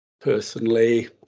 Personally